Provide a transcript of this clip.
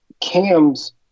Cam's